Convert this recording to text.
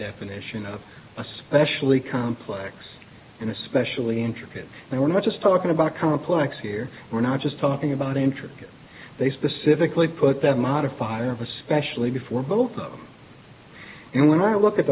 definition of especially complex and especially intricate and we're not just talking about complex here we're not just talking about entropy they specifically put that modifier especially before both of them and when i look at